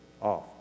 off